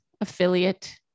affiliate